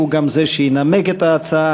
הוא גם זה שינמק את ההצעה.